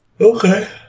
Okay